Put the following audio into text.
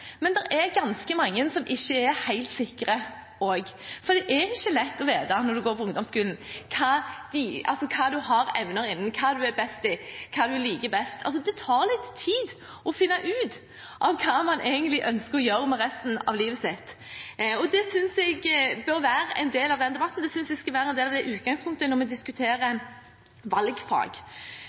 men det er også ganske mange som ikke er helt sikre. For det er ikke lett å vite, når du går på ungdomsskolen, hva du har evner innen, hva du er best i, og hva du liker best. Det tar litt tid å finne ut av hva man egentlig ønsker å gjøre med resten av livet sitt, og det synes jeg bør være en del av denne debatten; det synes jeg skal være utgangspunktet når vi diskuterer valgfag.